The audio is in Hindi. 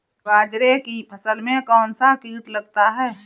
बाजरे की फसल में कौन सा कीट लगता है?